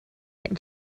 and